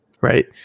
right